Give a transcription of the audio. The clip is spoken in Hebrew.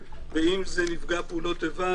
ואם זה נפגע פעולות איבה,